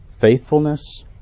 Faithfulness